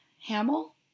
Hamill